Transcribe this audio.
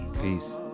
peace